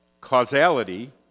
Causality